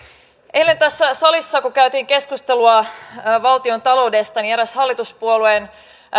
eilen tässä salissa kun käytiin keskustelua valtiontaloudesta eräs hallituspuolueen